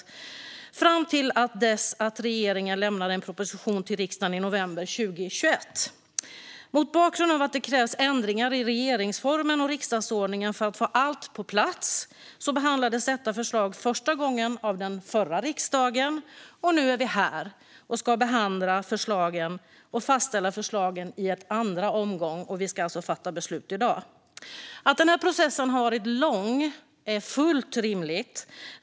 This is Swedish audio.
Det har pågått fram till dess att regeringen lämnade en proposition till riksdagen i november 2021. Mot bakgrund av att det krävs ändringar i regeringsformen och riksdagsordningen för att få allt på plats behandlades detta förslag första gången av den förra riksdagen. Nu är vi här och ska behandla och fastställa förslagen i en andra omgång, och vi ska fatta beslut i dag. Att processen har varit lång är fullt rimligt.